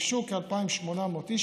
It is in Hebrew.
ניגשו כ-2,800 איש,